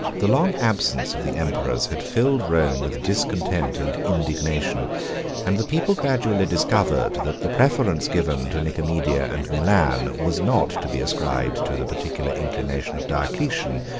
the long absence of the emperors had filled rome with discontent and indignation and the people gradually discovered, that the preference given to nicomedia and milan was not to be ascribed to the particular inclination of diocletian,